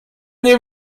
nie